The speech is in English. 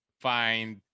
find